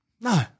No